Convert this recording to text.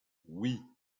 oui